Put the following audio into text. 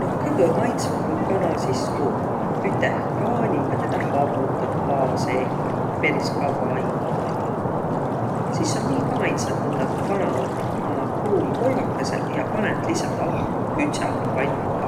No kõgõ maistvamb om kana sis, kuq üteh kaaliga tedä havvutat paa seeh peris kavva aigo. Sis om nii ka maistva, et võtat kana naaq puulkoivakõsõq ja panõt lihtsalt ahjo küdsämä pannigaq.